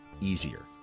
easier